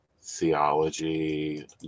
theology